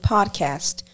Podcast